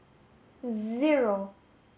zero